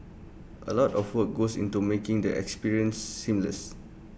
A lot of work goes into making the experience seamless